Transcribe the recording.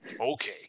Okay